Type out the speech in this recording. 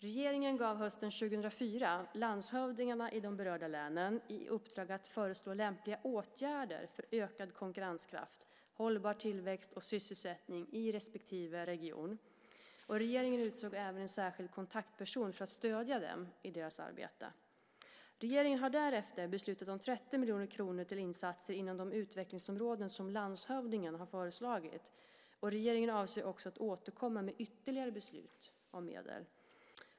Regeringen gav hösten 2004 landshövdingarna i de berörda länen i uppdrag att föreslå lämpliga åtgärder för ökad konkurrenskraft, hållbar tillväxt och sysselsättning i respektive region. Regeringen utsåg även en särskild kontaktperson för att stödja dem i deras arbete. Regeringen har därefter beslutat om 30 miljoner kronor till insatser inom de utvecklingsområden som landshövdingen föreslagit. Regeringen avser också att återkomma med ytterligare beslut om medel.